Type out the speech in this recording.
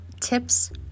tips